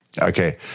Okay